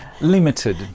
Limited